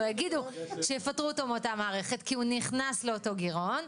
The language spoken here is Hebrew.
או שיגידו שיפטרו אותו מאותה מערכת כי הוא נכנס לאותו גירעון,